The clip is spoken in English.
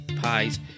pies